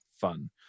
fun